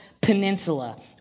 Peninsula